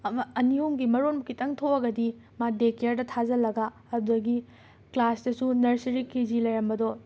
ꯑꯃ ꯑꯅꯤ ꯑꯍꯨꯝꯒꯤ ꯃꯔꯣꯟꯕꯨ ꯈꯤꯇꯪ ꯊꯣꯛꯑꯒꯗꯤ ꯃꯥ ꯗꯦ ꯀ꯭ꯌꯔꯗ ꯊꯥꯖꯤꯜꯂꯒ ꯑꯗꯨꯗꯒꯤ ꯀ꯭ꯂꯥꯁꯇꯁꯨ ꯅꯔꯁꯔꯤ ꯀꯦ ꯖꯤ ꯂꯩꯔꯝꯕꯗꯣ